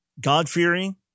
God-fearing